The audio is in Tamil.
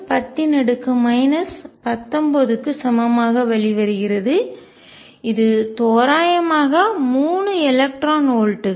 6×10 19 க்கு சமமாக வெளிவருகிறது இது தோராயமாக 3 எலக்ட்ரான் வோல்ட்டுகள்